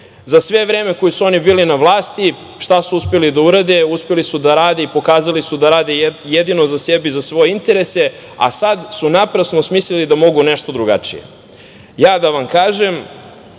sve vreme koje su oni bili na vlasti, šta su uspeli da urade? Uspeli su da rade i pokazali su da rade jedino za sebe i za svoje interese, a sada su naprasno smislili da mogu nešto drugačije. Da vam kažem,